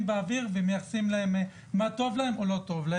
באוויר ומייחסים להם מה טוב להם ומה לא טוב.